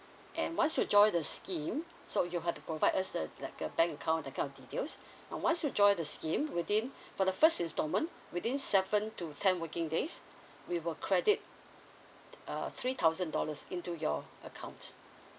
and once you join the scheme so you have to provide us a like a bank account that kind of details now once you join the scheme within for the first installment within seven to ten working days we will credit uh three thousand dollars into your account